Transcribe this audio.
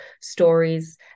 stories